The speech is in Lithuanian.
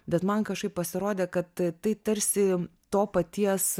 bet man kažkaip pasirodė kad tai tarsi to paties